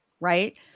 Right